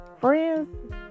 friends